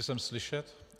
Jsem slyšet?